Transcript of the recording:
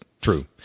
true